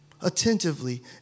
attentively